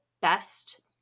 best